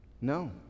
No